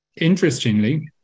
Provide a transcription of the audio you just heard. interestingly